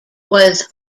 was